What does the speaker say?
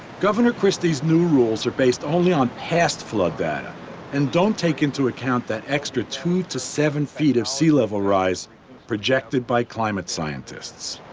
governor christie's new rules are based only on past flood data and don't take into account that extra two to seven feet of sea-level rise projected by climate scientists.